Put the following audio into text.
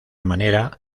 manera